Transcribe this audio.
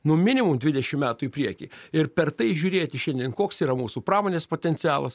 nu minimum dvidešim metų į priekį ir per tai žiūrėti šiandien koks yra mūsų pramonės potencialas